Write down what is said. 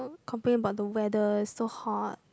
complain about the weather it's so hot